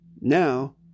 Now